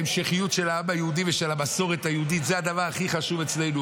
ההמשכיות של העם היהודי ושל המסורת היהודית היא הדבר הכי חשוב אצלנו,